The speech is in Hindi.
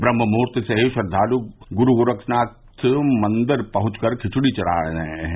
ब्रम्हमुहूर्त से ही श्रद्वालु गुरू गोरक्षनाथ मंदिर पहुंच कर खिचड़ी चढ़ा रहे हैं